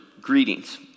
Greetings